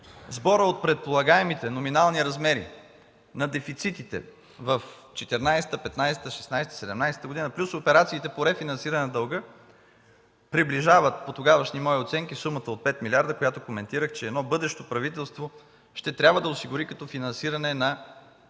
Сборът от предполагаемите номинални размери на дефицитите в 2014-15-16-17 г. плюс операциите по рефинансиране на дълга приближават по тогавашни мои оценки сумата от 5 милиарда, която коментирах, че едно бъдещо правителство ще трябва да осигури като финансиране на недостиг